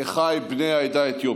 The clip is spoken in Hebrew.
אחיי בני העדה האתיופית: